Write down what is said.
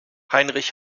heinrich